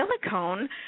silicone